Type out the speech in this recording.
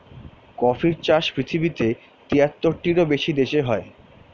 কফির চাষ পৃথিবীতে তিয়াত্তরটিরও বেশি দেশে হয়